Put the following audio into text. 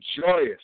joyous